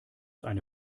eine